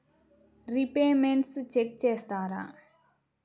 Repayments check చేస్తారా?